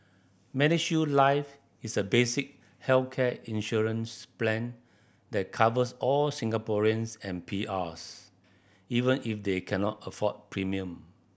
MediShield Life is a basic healthcare insurance plan that covers all Singaporeans and P Rs even if they cannot afford premium